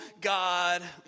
God